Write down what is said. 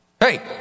Hey